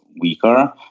weaker